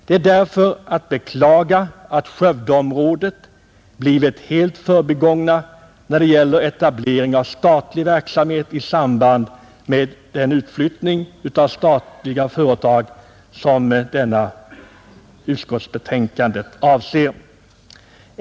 Det är därför att beklaga att Skövdeområdet blivit helt förbigånget när det gäller etablering av statlig verksamhet i samband med den utflyttning av statliga företag som detta utskottsbetänkande avser.